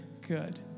good